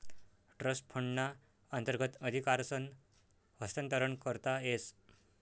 trust फंडना अंतर्गत अधिकारसनं हस्तांतरण करता येस